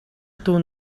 дүү